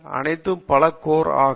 அனைத்து பல கோர் ஆகும்